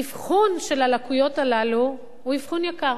אבחון של הלקויות הללו הוא אבחון יקר.